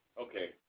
Okay